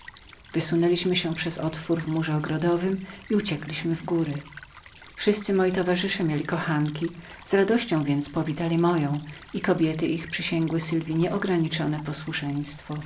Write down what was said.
wysunęliśmy się przez otwór w murze ogrodowym i uciekliśmy w góry każdy z moich towarzyszów oddawna miał już kochankę z radością więc powitali moją i kobiety ich przysięgły sylwji nieograniczone posłuszeństwo